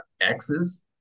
X's